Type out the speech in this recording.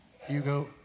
Hugo